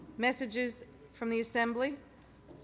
messages from the assembly.